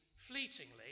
Fleetingly